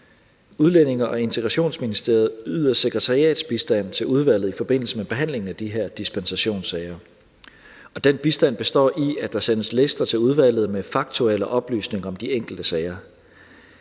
Udlændinge- og Integrationsministeriet yder sekretariatsbistand til udvalget i forbindelse med behandlingen af de her dispensationssager. Og den bistand består i, at der sendes lister til udvalget med faktuelle oplysninger om de enkelte sager.